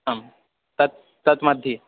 आं तत् तत् मध्ये